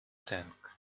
tank